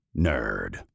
nerd